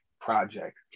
project